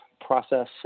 process